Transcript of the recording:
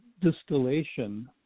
distillation